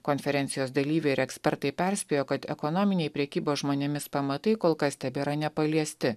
konferencijos dalyviai ir ekspertai perspėjo kad ekonominiai prekybos žmonėmis pamatai kol kas tebėra nepaliesti